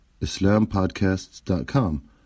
islampodcasts.com